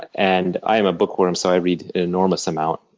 and i am a bookworm so i read an enormous amount.